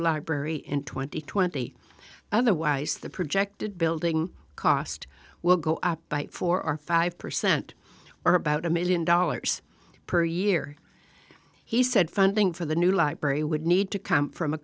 library in twenty twenty otherwise the projected building cost will go up by four or five percent or about a million dollars per year he said funding for the new library would need to come from a